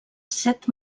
set